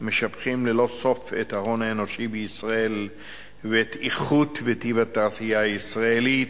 משבחים ללא סוף את ההון האנושי בישראל ואת איכות וטיב התעשייה הישראלית,